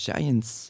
Giants